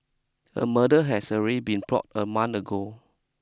a murder has already been plot a month ago